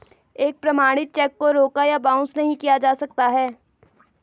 एक प्रमाणित चेक को रोका या बाउंस नहीं किया जा सकता है